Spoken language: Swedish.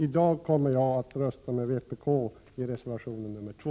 I dag kommer jag att rösta på vpk:s reservation 2.